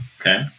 Okay